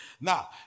Now